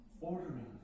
ordering